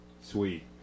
sweet